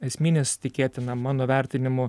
esminis tikėtina mano vertinimu